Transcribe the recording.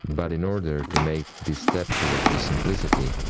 but in order to make this step towards this simplicity,